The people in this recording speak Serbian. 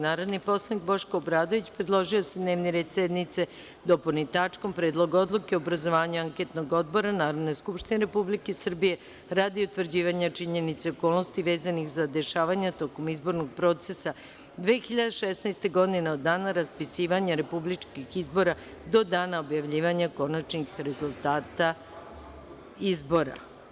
Narodni poslanik Boško Obradović predložio je da se dnevni red sednice dopuni tačkom – Predlog odluke o obrazovanju anketnog odbora Narodne skupštine Republike Srbije radi utvrđivanja činjenica i okolnosti vezanih za dešavanja tokom izbornog procesa 2016. godine, od dana raspisivanja republičkih izbora do dana objavljivanja konačnih rezultata izbora.